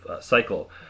cycle